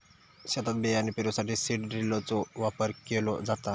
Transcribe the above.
शेतात बियाणे पेरूसाठी सीड ड्रिलचो वापर केलो जाता